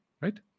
Right